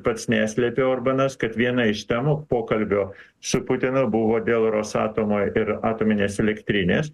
pats neslėpia orbanas kad viena iš temų pokalbio su putinu buvo dėl rosatomo ir atominės elektrinės